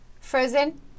Frozen